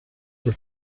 your